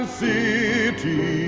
city